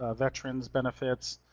ah veterans benefits.